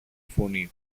φωνή